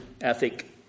ethic